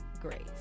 grace